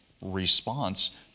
response